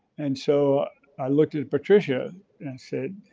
and so i looked at patricia and said,